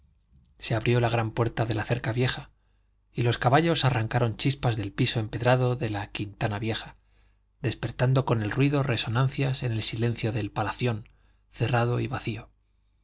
se abrió la gran puerta de la cerca vieja y los caballos arrancaron chispas del piso empedrado de la quintana vieja despertando con el ruido resonancias en el silencio del palación cerrado y vacío